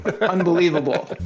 Unbelievable